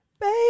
Baby